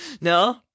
No